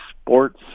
sports